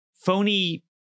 phony